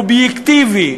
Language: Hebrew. אובייקטיבי,